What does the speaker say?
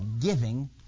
giving